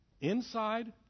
inside